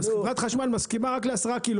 אז חברת חשמל מסכימה רק לעשרה קילו